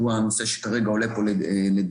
שהוא כרגע הנושא שעולה פה לדיון.